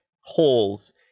holes